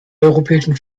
europäischen